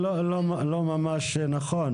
זה לא ממש נכון.